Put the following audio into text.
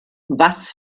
was